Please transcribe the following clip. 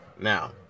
Now